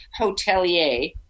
hotelier